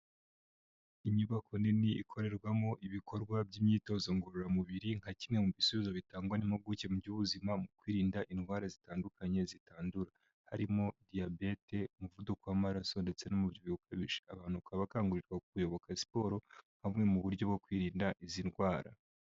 Inyubako nini ikorerwamo ibikorwa by'imyitozo ngororamubiri nka kimwe mu bisubizo bitangwa n'impuguke mu by'ubuzima mu kwirinda indwara zitandukanye zitandura, harimo diyabete, umuvuduko w'amaraso ndetse n'umubyibuko ukabije, abantu bakaba bakangurirwa kuyoboka siporo nka bumwe mu buryo bwo kwirinda izi ndwara.